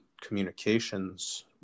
communications